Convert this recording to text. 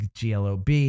GLOB